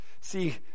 See